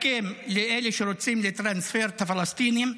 לאלה שרוצים לטרנספר את הפלסטינים: